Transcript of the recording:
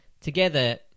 together